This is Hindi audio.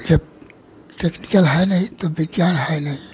यह टेक्निकल है नहीं तो विज्ञान है नहीं